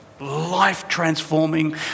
life-transforming